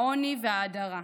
העוני וההדרה.